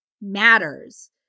matters